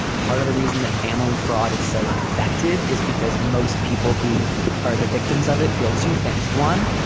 part of the reason that family fraud is so effective is because most people who are the victims of it feel two things. one,